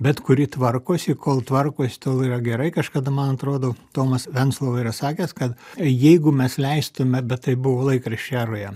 bet kuri tvarkosi kol tvarkos tol yra gerai kažkada man atrodo tomas venclova yra sakęs kad jeigu mes leistume bet tai buvo laikraščių eroje